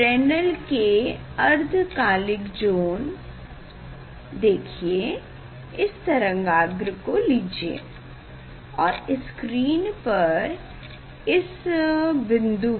Fresnel के अर्धकालिक zone देखिए इस तरंगाग्र को लीजिए और स्क्रीन पर इस बिन्दु को